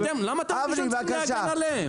אתם, למה אתם פשוט צריכים להגן עליהם?